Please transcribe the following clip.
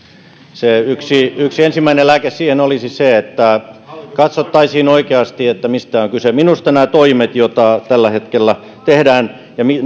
se yksi yksi ensimmäinen lääke siihen olisi se että katsottaisiin oikeasti mistä on kyse minusta nämä toimet joita tällä hetkellä tehdään ja